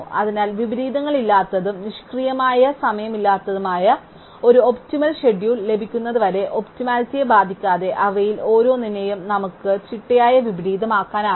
അതിനാൽ വിപരീതങ്ങളില്ലാത്തതും നിഷ്ക്രിയമായ സമയമില്ലാത്തതുമായ ഒരു ഒപ്റ്റിമൽ ഷെഡ്യൂൾ ലഭിക്കുന്നതുവരെ ഒപ്റ്റിമലിറ്റിയെ ബാധിക്കാതെ അവയിൽ ഓരോന്നിനെയും നമുക്ക് ചിട്ടയായ വിപരീതമാക്കാനാകും